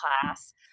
class